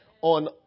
on